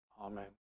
Amen